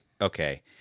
Okay